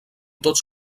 tots